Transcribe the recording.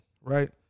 right